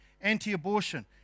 anti-abortion